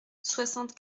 soixante